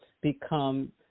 become